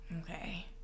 Okay